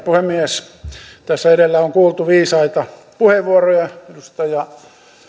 puhemies tässä edellä on kuultu viisaita puheenvuoroja edustaja